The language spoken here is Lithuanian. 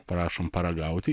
prašom paragauti